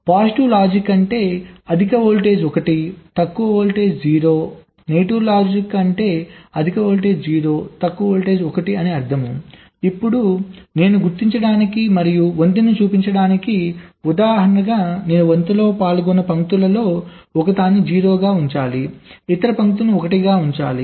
positive logic అంటే అధిక voltage 1 తక్కువ వోల్టేజ్ 0 నెగటివ్ లాజిక్ అంటే అధిక వోల్టేజ్ 0 తక్కువ వోల్టేజ్ 1 ఇప్పుడు నేను గుర్తించడానికి మరియు వంతెనను చూపించడానికి ఉదాహరణగా నేను వంతెనలో పాల్గొన్న పంక్తులలో ఒకదాన్ని 0 గా ఉంచాలి ఇతర పంక్తులు 1 గా ఉంచాలి